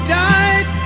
died